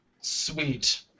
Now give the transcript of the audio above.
sweet